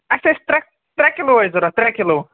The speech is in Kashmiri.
اَسہِ حظ چھِ ترٛےٚ ترٛےٚ کِلوٗ حظ ضروٗرت ترٛےٚ کِلوٗ